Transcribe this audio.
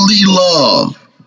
love